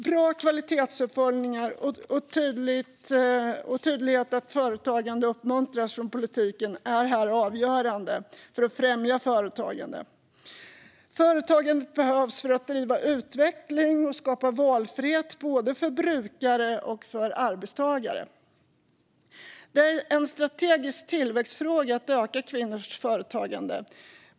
Bra kvalitetsuppföljningar och en tydlighet att företagande uppmuntras från politiken är här avgörande för att främja företagande. Företagandet behövs för att driva utveckling och skapa valfrihet för både brukare och arbetstagare. Att öka kvinnors företagande är en strategisk tillväxtfråga.